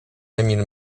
emil